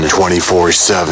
24-7